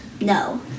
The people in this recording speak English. No